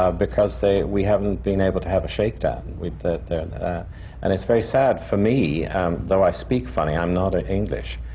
ah because we haven't been able to have a shakedown with that. and it's very sad for me and though i speak funny, i'm not ah english